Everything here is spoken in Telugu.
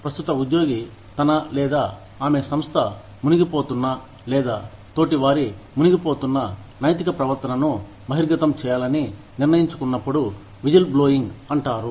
ప్రస్తుత ఉద్యోగి తన లేదా ఆమె సంస్థ మునిగిపోతున్న లేదా తోటివారు మునిగిపోతున్న నైతిక ప్రవర్తనను బహిర్గతం చేయాలని నిర్ణయించుకున్నప్పుడు విజిల్బ్లోయింగ్ అంటారు